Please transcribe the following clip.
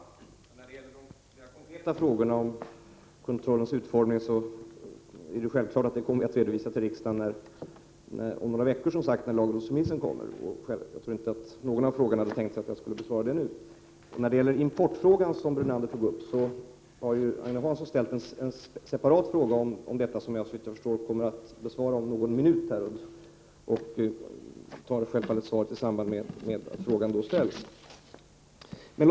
Fru talman! När det gäller de mer konkreta frågorna om kontrollens utformning kommer dessa självfallet att redovisas för riksdagen om några veckor, när lagrådsremissen kommer. Jag tror inte att någon av frågeställarna har tänkt sig att jag skulle svara på frågor rörande detta nu. Lennart Brunander tog upp frågan om importerade livsmedel. Agne Hansson har ställt en separat fråga om importerade livsmedel, som jag kommer att besvara om några minuter. Jag tar upp detta ämne i samband med mitt svar på Agne Hanssons fråga.